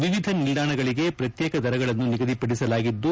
ವಿವಿಧ ನಿಲ್ದಾಣಗಳಿಗೆ ಪ್ರತ್ಯೇಕ ದರಗಳನ್ನು ನಿಗದಿಪಡಿಸಲಾಗಿದ್ದು